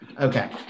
Okay